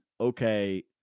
okay